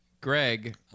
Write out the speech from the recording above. Greg